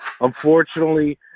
Unfortunately